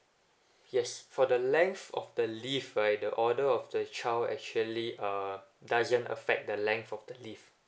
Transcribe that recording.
yes for the length of the leave right the order of the child actually uh doesn't affect the length of the leave